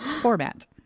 format